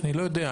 אני לא יודע,